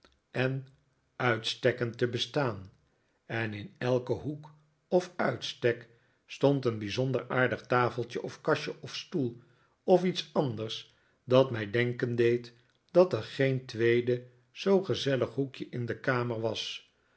en uitstekken te bestaan en in elken hoek of uitstek stond een bijzonder aardig tafeltje of kastje of stoel of iets anders dat mij denken deed dat er geen tweede zoo gezellig hoekje in de kamer was